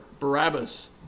Barabbas